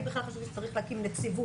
אני בכלל חושבת שצריך להקים נציבות.